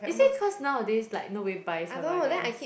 is it cause nowadays like nobody buys Havainas